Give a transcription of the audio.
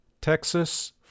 Texas